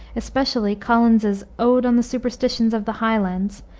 especially collins's ode on the superstitions of the highlands,